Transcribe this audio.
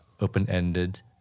open-ended